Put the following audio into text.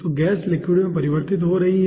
तो gas liquid में परिवर्तित हो रही है